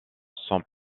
sont